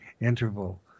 interval